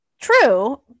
True